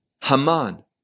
Haman